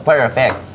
Perfect